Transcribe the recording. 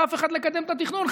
לאף אחד לקדם את התכנון.